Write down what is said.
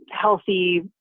healthy